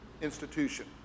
institution